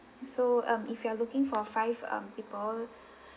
so um if you are looking for five um people